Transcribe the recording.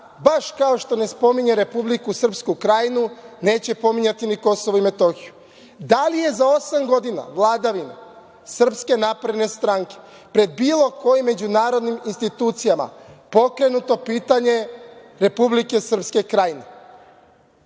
baš kao što ne spominje Republiku Srpsku Krajinu, neće pominjati ni KiM? Da li je za osam godina vladavine SNS pred bilo kojim međunarodnim institucijama pokrenuto pitanje Republike Srpske Krajine?